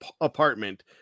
apartment